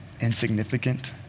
insignificant